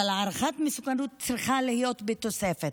אבל הערכת המסוכנות צריכה להיות בתוספת.